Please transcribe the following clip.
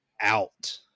out